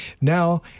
now